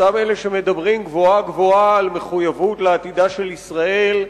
אותם אלה שמדברים גבוהה-גבוהה על מחויבות לעתידה של ישראל,